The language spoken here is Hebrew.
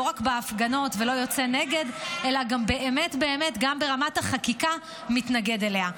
לא רק בהפגנות לא יוצא נגד אלא באמת באמת גם ברמת החקיקה מתנגד אליה.